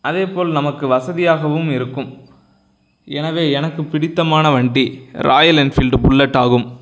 அதே போல் நமக்கு வசதியாகவும் இருக்கும் எனவே எனக்குப் பிடித்தமான வண்டி ராயல் என்ஃபீல்டு புல்லட்டாகும்